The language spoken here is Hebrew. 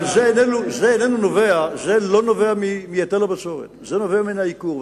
אבל זה לא נובע מהיטל הבצורת, זה נובע מהייקור.